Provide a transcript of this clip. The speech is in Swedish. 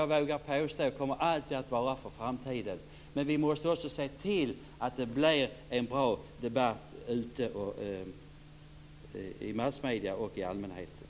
Jag vågar också påstå att de alltid kommer att vara det, men vi måste också se till att det förs en bra debatt i massmedierna och ute i allmänheten.